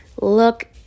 look